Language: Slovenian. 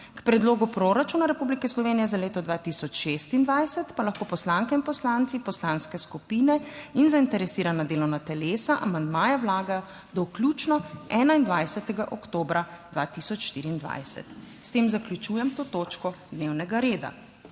K Predlogu proračuna Republike Slovenije za leto 2026 pa lahko poslanke in poslanci Poslanske skupine in zainteresirana delovna telesa amandmaje vlagajo do vključno 21. oktobra 2024. S tem zaključujem to točko dnevnega reda.